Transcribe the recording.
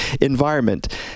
environment